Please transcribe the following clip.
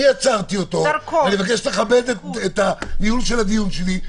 אני עצרתי אותו ואני מבקש לכבד את הניהול של הדיון שלי.